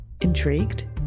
Intrigued